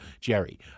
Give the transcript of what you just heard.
Jerry